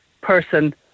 person